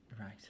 Right